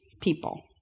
people